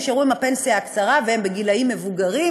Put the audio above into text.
אלה שנשארו עם הפנסיה הקצרה והם בגילים מבוגרים,